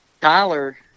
Tyler